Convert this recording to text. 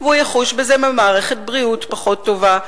הוא יחוש בזה במערכת בריאות פחות טובה,